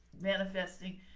manifesting